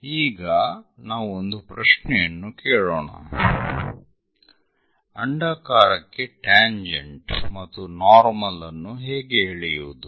ಈಗ ನಾವು ಒಂದು ಪ್ರಶ್ನೆಯನ್ನು ಕೇಳೋಣ ಅಂಡಾಕಾರಕ್ಕೆ ಟ್ಯಾಂಜೆಂಟ್ ಮತ್ತು ನಾರ್ಮಲ್ ಅನ್ನು ಹೇಗೆ ಎಳೆಯುವುದು